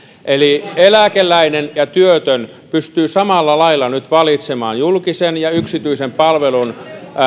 eli eläkeläinen tai työtön pystyy samalla lailla nyt valitsemaan julkisen ja yksityisen palvelun